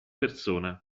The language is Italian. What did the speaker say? persona